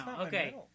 okay